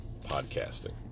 podcasting